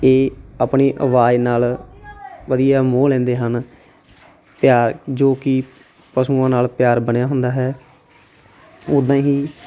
ਇਹ ਆਪਣੀ ਆਵਾਜ਼ ਨਾਲ ਵਧੀਆ ਮੋਹ ਲੈਂਦੇ ਹਨ ਪਿਆਰ ਜੋ ਕਿ ਪਸ਼ੂਆਂ ਨਾਲ ਪਿਆਰ ਬਣਿਆ ਹੁੰਦਾ ਹੈ ਉੱਦਾਂ ਹੀ